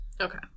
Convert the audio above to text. okay